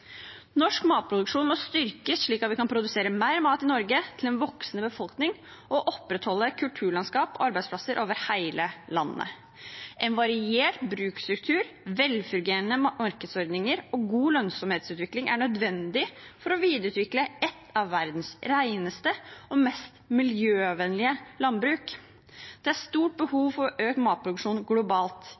Norsk matproduksjon må styrkes slik at vi kan produsere mer mat i Norge til en voksende befolkning og opprettholde kulturlandskap og arbeidsplasser over hele landet. En variert bruksstruktur, velfungerende markedsordninger og god lønnsomhetsutvikling er nødvendig for å videreutvikle et av verdens reneste og mest miljøvennlige landbruk. Det er stort behov for økt matproduksjon globalt.